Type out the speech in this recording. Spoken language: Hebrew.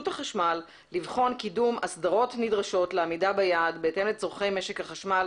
החשמל לבחון קידום אסדרות נדרשות לעמידה ביעד בהתאם לצורכי משק החשמל,